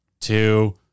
two